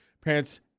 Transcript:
parents